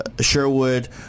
Sherwood